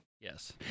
Yes